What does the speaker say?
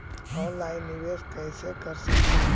Online निबेस कैसे कर सकली हे?